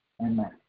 Amen